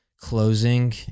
closing